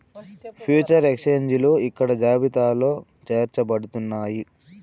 future ఎక్స్చేంజిలు ఇక్కడ జాబితాలో చేర్చబడుతున్నాయి